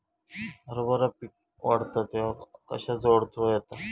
हरभरा पीक वाढता तेव्हा कश्याचो अडथलो येता?